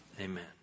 Amen